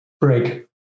break